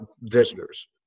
visitors